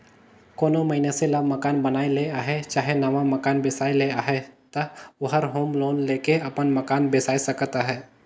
कोनो मइनसे ल मकान बनाए ले अहे चहे नावा मकान बेसाए ले अहे ता ओहर होम लोन लेके अपन मकान बेसाए सकत अहे